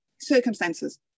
circumstances